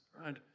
Right